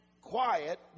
Quiet